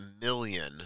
million